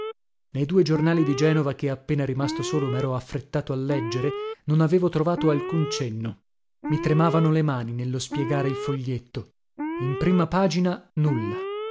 nei due giornali di genova che appena rimasto solo mero affrettato a leggere non avevo trovato alcun cenno i tremavano le mani nello spiegare il foglietto in prima pagina nulla